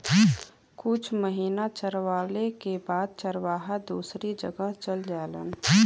कुछ महिना चरवाले के बाद चरवाहा दूसरी जगह चल जालन